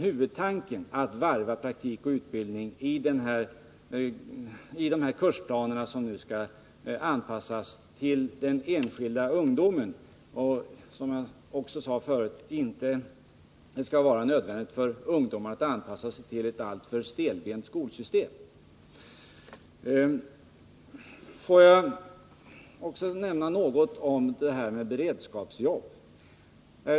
Huvudtanken är att varva praktik och utbildning i de kursplaner som nu skall anpassas till den enskilde individen för att det inte skall vara nödvändigt för ungdomarna att anpassa sig till ett alltför stelbent skolsystem. Jag vill också nämna något om beredskapsjobben.